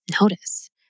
Notice